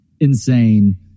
insane